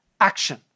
action